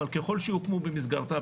אבל ככל שיוקמו במסגרתה,